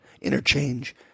Interchange